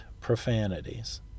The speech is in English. profanities